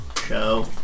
show